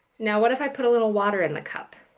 now, what if i put a little water in the cup?